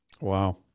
Wow